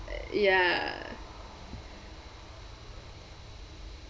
ya